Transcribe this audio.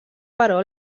però